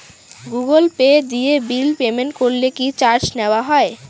Google Pay দিয়ে bill payment করলে কি চার্জ নেওয়া হয়?